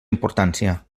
importància